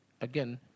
Again